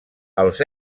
els